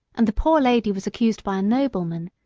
and the poor lady was accused by a nobleman,